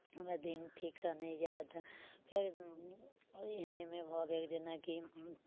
हमर दिन ठीकसँ नहि जायत फेर एहनेमे भऽ गेल जेनाकि